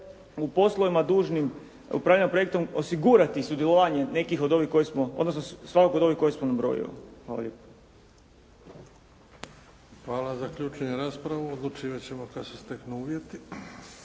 u poslovima dužnim u upravljanju projektom osigurati sudjelovanje nekih od ovih koje smo, odnosno svakog od ovih koje sam nabrojio. Hvala lijepa. **Bebić, Luka (HDZ)** Hvala.